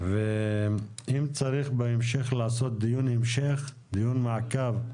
ואם צריך בהמשך לעשות דיון המשך, דיון מעקב,